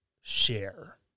share